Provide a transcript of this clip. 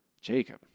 Jacob